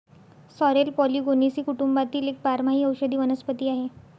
sorrel Polygonaceae कुटुंबातील एक बारमाही औषधी वनस्पती आहे